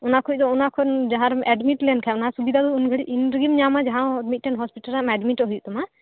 ᱚᱱᱟ ᱠᱷᱚᱡ ᱫᱚ ᱚᱱᱟ ᱡᱟᱦᱟᱸᱨᱮᱢ ᱮᱰᱢᱤᱴ ᱞᱮᱱᱠᱷᱟᱱ ᱚᱱᱟ ᱥᱩᱵᱤᱛᱟ ᱩᱱᱜᱷᱟᱹᱲᱤᱪ ᱤᱱ ᱨᱮᱜᱮᱢ ᱧᱟᱢᱟ ᱡᱟᱸᱦᱟ ᱢᱤᱫᱴᱟᱝ ᱦᱚᱥᱯᱤᱴᱟᱞ ᱨᱮ ᱮᱰᱢᱤᱴᱚᱜ ᱦᱩᱭᱩᱜ ᱛᱟᱢᱟ